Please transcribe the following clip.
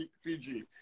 Fiji